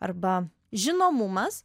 arba žinomumas